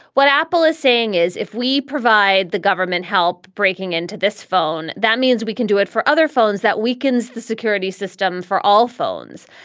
what apple is saying is if we provide the government help breaking into this phone, that means we can do it for other phones. that weakens the security system for all phones.